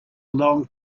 long